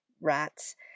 rats